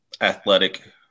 athletic